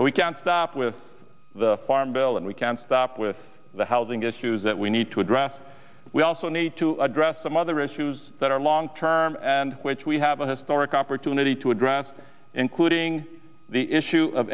we can't stop with the farm bill and we can't stop with the housing issues that we need to address we also need to address some other issues that are long term and which we have a historic opportunity to address including the issue of